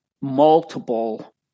multiple